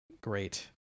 Great